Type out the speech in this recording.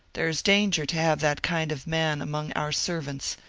there is danger to have that kind of man among our servants,